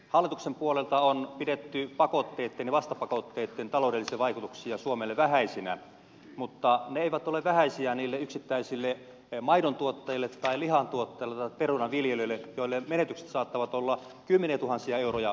hallituksen puolelta on pidetty pakotteitten ja vastapakotteitten taloudellisia vaikutuksia suomelle vähäisinä mutta ne eivät ole vähäisiä niille yksittäisille maidontuottajille tai lihantuottajille tai perunanviljelijöille joille menetykset saattavat olla kymmeniätuhansia euroja vuodessa